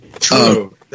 True